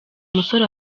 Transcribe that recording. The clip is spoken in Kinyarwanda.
musore